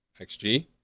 XG